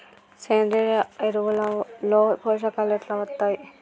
సేంద్రీయ ఎరువుల లో పోషకాలు ఎట్లా వత్తయ్?